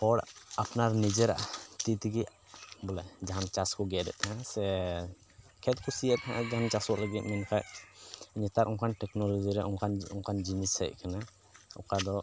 ᱦᱚᱲ ᱟᱯᱱᱟᱨ ᱱᱤᱡᱮᱨᱟᱜ ᱛᱤ ᱛᱮᱜᱮ ᱵᱚᱞᱮ ᱡᱟᱦᱟᱱ ᱪᱟᱥ ᱠᱚ ᱜᱮᱫᱮᱜ ᱛᱟᱦᱮᱱ ᱥᱮ ᱠᱷᱮᱛ ᱠᱚ ᱥᱤᱭᱮᱫ ᱛᱟᱦᱮᱱ ᱡᱟᱦᱟᱱ ᱪᱟᱥᱚᱜ ᱞᱟᱹᱜᱤᱫ ᱢᱮᱱᱠᱷᱟᱡ ᱱᱮᱛᱟᱨ ᱚᱱᱠᱟᱱ ᱴᱮᱠᱱᱳᱞᱳᱡᱤ ᱨᱮ ᱚᱱᱠᱟᱱ ᱚᱱᱠᱟᱱ ᱡᱤᱱᱤᱥ ᱦᱮᱡ ᱠᱟᱱᱟ ᱚᱠᱟ ᱫᱚ